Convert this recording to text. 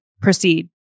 proceed